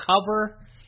cover